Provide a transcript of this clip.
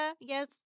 Yes